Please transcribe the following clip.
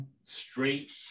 Straight